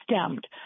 stemmed